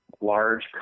large